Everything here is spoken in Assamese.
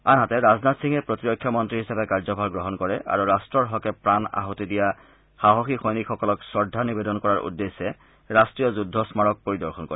আনহাতে ৰাজনাথ সিঙে প্ৰতিৰক্ষা মন্ত্ৰী হিচাপে কাৰ্যভাৰ গ্ৰহণ কৰে আৰু ৰাট্টৰ হকে প্ৰাণ আছতি দিয়া সাহসী সৈনিকসকলক শ্ৰদ্ধা নিবেদন কৰাৰ উদ্দেশ্যে ৰাষ্ট্ৰীয় যুদ্ধ স্মাৰক পৰিদৰ্শন কৰে